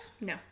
No